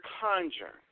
conjure